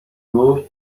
گفت